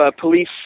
police